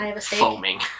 foaming